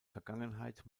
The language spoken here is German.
vergangenheit